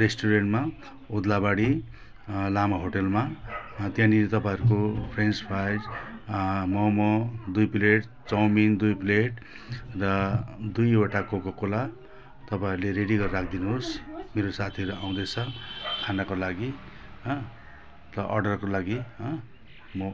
रेस्टुरेन्टमा ओद्लाबाडी लामा होटलमा त्यहाँनिर तपाईँहरूको फ्रेन्च फ्राइज मोमो दुई प्लेट चाउमिन दुई प्लेट र दुईवटा कोकोकोला तपाईँहरूले रेडी गरेर राखिदिनु होस् मेरो साथीहरू आउँदैछ खानको लागि हँ अन्त अर्डरको लागि हँ म